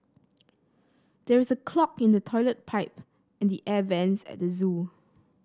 there is a clog in the toilet pipe and the air vents at the zoo